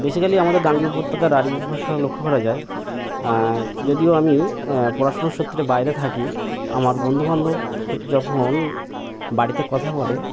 basically আমাদের গাঙ্গেয় উপত্যকা রাঢ়ি উপভাষা লক্ষ্য করা যায় যদিও আমি পড়াশুনোর সূত্রে বাইরে থাকি আমার বন্ধুবান্ধব যখন বাড়িতে কথা বলে